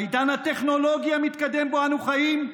בעידן הטכנולוגי המתקדם שבו אנו חיים,